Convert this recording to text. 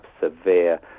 severe